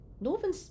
Northern